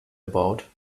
about